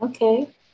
Okay